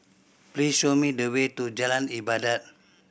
please show me the way to Jalan Ibadat